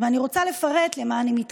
לכן אנחנו יודעים כמה מועסקים.